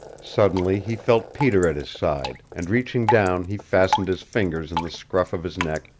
suddenly he felt peter at his side, and reaching down he fastened his fingers in the scruff of his neck,